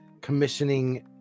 commissioning